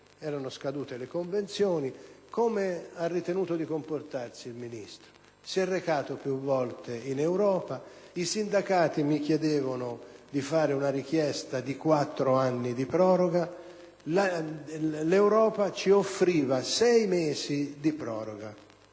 erano scadute le convenzioni. E come ha ritenuto di comportarsi il Ministro? Si è recato più volte in Europa. I sindacati mi invitavano a chiedere una proroga di quattro anni; l'Europa ci offriva sei mesi di proroga